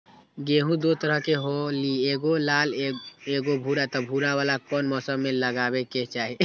गेंहू दो तरह के होअ ली एगो लाल एगो भूरा त भूरा वाला कौन मौसम मे लगाबे के चाहि?